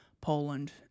Poland